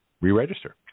re-register